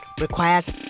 requires